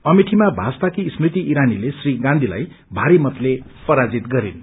अमेठीमा भाजपाकी स्मृति ईरानीले श्री गान्धीलाई भारी मतले पराजित गरिन्